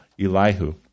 Elihu